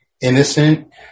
innocent